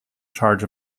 charge